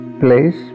place